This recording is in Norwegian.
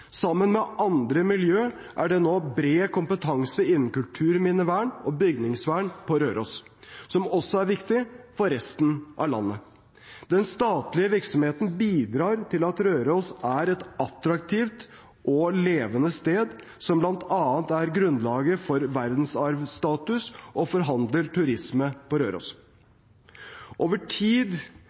Sammen med andre miljøer er det nå bred kompetanse innen kulturminnevern og bygningsvern på Røros, som også er viktig for resten av landet. Den statlige virksomheten bidrar til at Røros er et attraktivt og levende sted, som bl.a. er grunnlaget for verdensarvstatus og for handel og turisme på Røros. Over tid